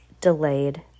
delayed